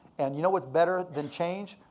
and you know what's better than change?